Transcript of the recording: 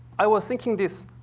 i was thinking this.